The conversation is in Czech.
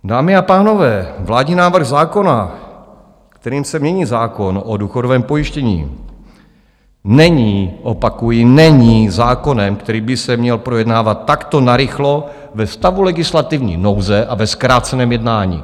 Dámy a pánové, vládní návrh zákona, kterým se mění zákon o důchodovém pojištění, není, opakuji, není zákonem, který by se měl projednávat takto narychlo ve stavu legislativní nouze a ve zkráceném jednání.